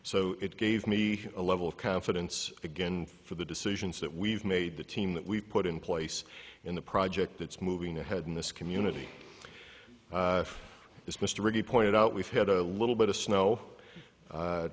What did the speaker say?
so it gave me a level of confidence again for the decisions that we've made the team that we've put in place in the project it's moving ahead in this community it's mr ricky pointed out we've had a little bit of snow